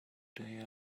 they